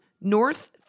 North